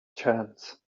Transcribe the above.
chance